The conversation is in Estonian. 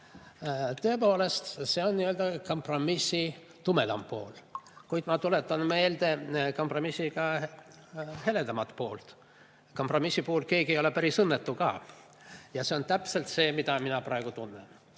Tõepoolest, see on kompromissi tumedam pool. Kuid ma tuletan meelde ka kompromissi heledamat poolt: kompromissi puhul keegi ei ole päris õnnetu ka. Ja see on täpselt see, mida mina praegu tunnen.